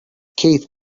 keith